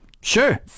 sure